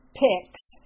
picks